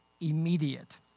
immediate